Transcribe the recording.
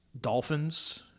Dolphins